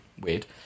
weird